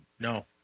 No